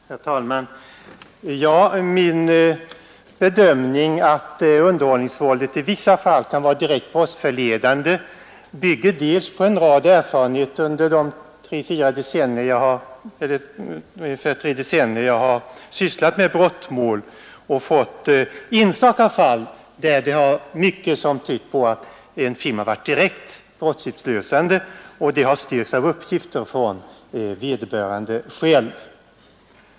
Herr talman! Min bedömning att underhållsvåldet i vissa fall kan vara direkt brottsförledande bygger delvis på en rad erfarenheter under de cirka tre decennier som jag har sysslat med brottmål. I enstaka fall är det mycket som har tytt på att en film varit direkt brottsutlösande, och det har styrkts av uppgifter från vederbörande själv.